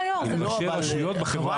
עם ראשי רשויות בחברה הערבית.